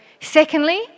Secondly